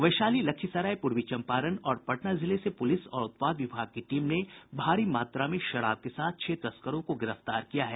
वैशाली लखीसराय पूर्वी चम्पारण और पटना जिले से पुलिस और उत्पाद विभाग की टीम ने भारी मात्रा में शराब के साथ के छह तस्करों को गिरफ्तार किया है